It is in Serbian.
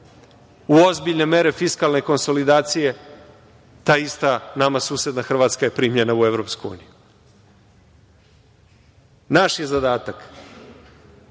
u ozbiljne mere fiskalne konsolidacije, ta ista nama susedna Hrvatska je primljena u EU.Naš je zadatak